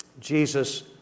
Jesus